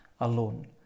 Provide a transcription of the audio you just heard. alone